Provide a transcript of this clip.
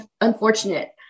unfortunate